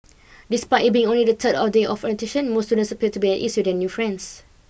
despite it being only the third or day of orientation most students appeared to be at ease with their new friends